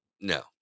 No